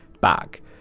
back